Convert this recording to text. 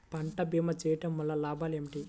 పంట భీమా చేయుటవల్ల లాభాలు ఏమిటి?